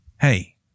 Hey